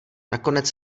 nakonec